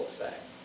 effect